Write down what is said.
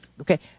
Okay